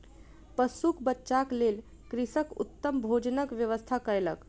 पशुक बच्चाक लेल कृषक उत्तम भोजनक व्यवस्था कयलक